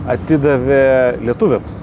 atidavė lietuviams